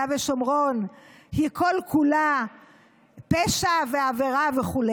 ושומרון היא כל-כולה פשע ועבירה וכו',